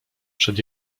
przed